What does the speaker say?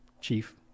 chief